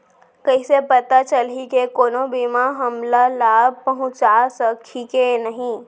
कइसे पता चलही के कोनो बीमा हमला लाभ पहूँचा सकही के नही